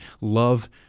love